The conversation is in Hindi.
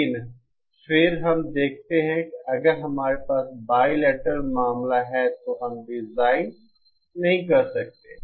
लेकिन फिर हम देखते हैं कि अगर हमारे पास बाईलेटरल मामला है तो हम डिजाइन नहीं कर सकते